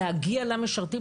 להגיע למשרתים,